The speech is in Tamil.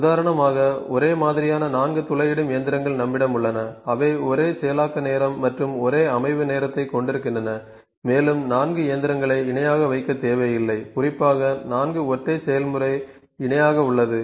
உதாரணமாக ஒரே மாதிரியான 4 துளையிடும் இயந்திரங்கள் நம்மிடம் உள்ளன அவை ஒரே செயலாக்க நேரம் மற்றும் ஒரே அமைவு நேரத்தைக் கொண்டிருக்கின்றன மேலும் 4 இயந்திரங்களை இணையாக வைக்க தேவையில்லை குறிப்பாக 4 ஒற்றை செயல்முறை இணையாக உள்ளது